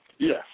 Yes